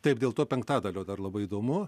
taip dėl to penktadalio dar labai įdomu